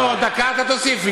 אתה תוסיף לי.